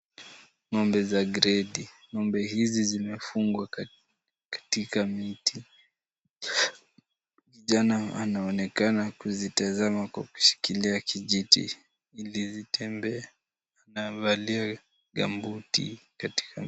Ngombe za gredi. Ngombe hizi zimefungwa katika miti. Kijana anaonekana kuzitazama kwa kushikilia kijiti ili zitembee na amevalia gambuti katika.